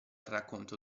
racconto